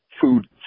food